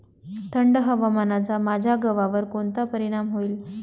थंड हवामानाचा माझ्या गव्हावर कोणता परिणाम होईल?